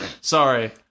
sorry